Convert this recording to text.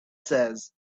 says